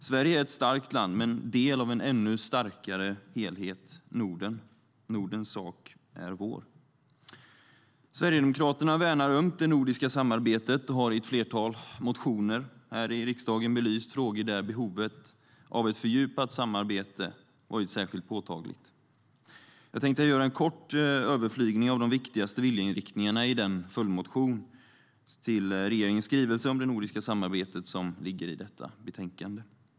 Sverige är ett starkt land, men en del av en ännu starkare helhet, Norden - Nordens sak är vår. Sverigedemokraterna värnar ömt det nordiska samarbetet och har i ett flertal motioner här i riksdagen belyst frågor där behovet av ett fördjupat samarbete varit särskilt påtagligt. Jag tänkte här göra en kort "överflygning" av de viktigaste viljeinriktningarna i den följdmotion till regeringens skrivelse om det nordiska samarbetet som behandlas i detta betänkande.